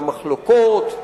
למחלוקות,